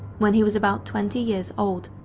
when he was about twenty years old,